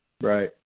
Right